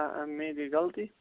میے گٔے غلطی